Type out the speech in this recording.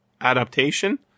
adaptation